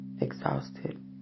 exhausted